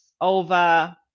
over